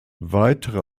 weitere